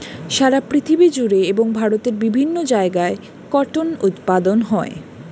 সারা পৃথিবী জুড়ে এবং ভারতের বিভিন্ন জায়গায় কটন উৎপাদন হয়